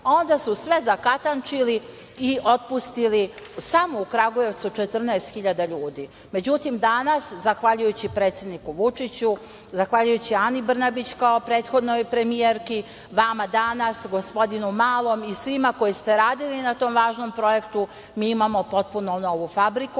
onda su sve zakatančili i otpustili samo u Kragujevcu 14.000 ljudi.Međutim, danas zahvaljujući predsedniku Vučiću, zahvaljujući Ani Brnabić kao prethodnoj premijerki, vama danas, gospodinu Malom i svima koji ste radili na tom važnom projektu, mi imamo potpuno novu fabriku